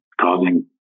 causing